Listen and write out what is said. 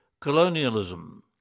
colonialism